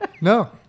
No